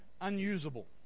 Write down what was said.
unusable